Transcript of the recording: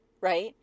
right